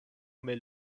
mil